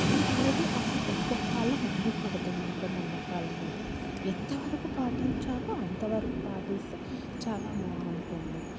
ఇది అనేది అసలు ఎక్కువ కాలం ఉండకూడదు ఈ మూఢనమ్మకాలు అనేది ఎంత వరకు పాటించాలో అంత వరకు పాటిస్తే చాలా బాగుంటుంది